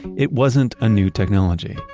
it wasn't a new technology,